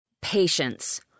Patience